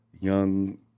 Young